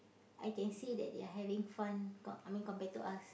I can see that they are having fun co~ I mean compared to us